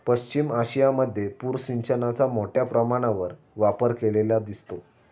पश्चिम आशियामध्ये पूर सिंचनाचा मोठ्या प्रमाणावर वापर केलेला दिसतो